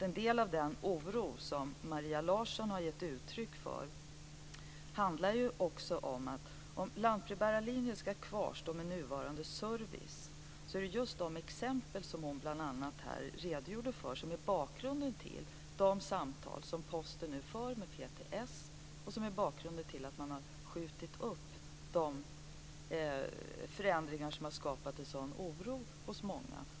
En del av den oro som Maria Larsson har gett uttryck för handlar om lantbrevbärarlinjen, som hon vill ska bibehållas med nuvarande service. Just de exempel som hon bl.a. här redogjorde för är bakgrunden till de samtal som Posten nu för med PTS. De är också bakgrunden till att man har skjutit upp de förändringar som har skapat en sådan oro hos många.